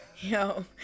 Yo